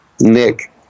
Nick